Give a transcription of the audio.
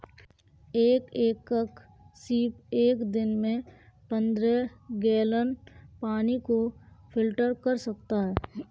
एक एकल सीप एक दिन में पन्द्रह गैलन पानी को फिल्टर कर सकता है